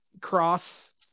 Cross